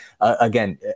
again